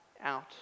out